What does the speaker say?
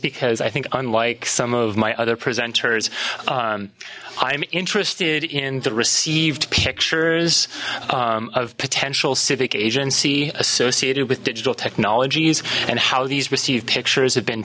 because i think unlike some of my other presenters i'm interested in the received pictures of potential civic agency associated with digital technologies and how these receive pictures have been